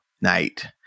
night